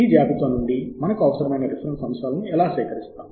ఈ జాబితా నుండి మనకు అవసరమైన రిఫరెన్స్ అంశాలను ఎలా సేకరిస్తాము